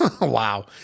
Wow